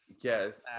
Yes